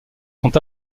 sont